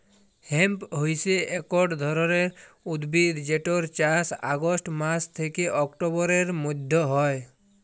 hemp হইসে একট ধরণের উদ্ভিদ যেটর চাস অগাস্ট মাস থ্যাকে অক্টোবরের মধ্য হয়